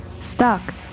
Stuck